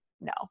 no